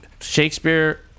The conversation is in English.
Shakespeare